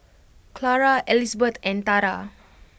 Clara Elizbeth and Tarah